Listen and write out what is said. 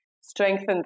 strengthen